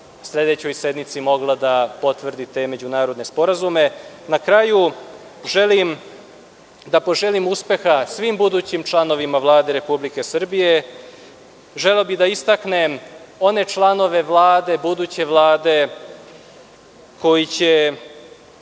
sledećoj sednici mogla da potvrdi te međunarodne sporazume. Na kraju želim da poželim uspeha svim budućim članovima Vlade Republike Srbije. Želeo bih da istaknem one članove buduće Vlade koji će